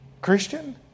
Christian